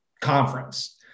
conference